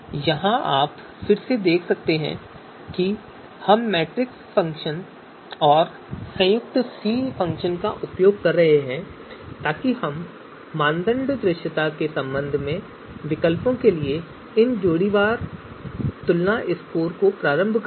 यहां आप फिर से देख सकते हैं कि हम मैट्रिक्स फ़ंक्शन और संयुक्त फ़ंक्शन सी का उपयोग कर रहे हैं ताकि हम मानदंड दृश्यता के संबंध में विकल्पों के लिए इन जोड़ीदार तुलना स्कोर को प्रारंभ कर सकें